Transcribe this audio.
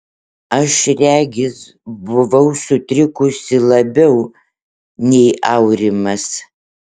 aš regis buvau sutrikusi labiau nei aurimas